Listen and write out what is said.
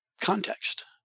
context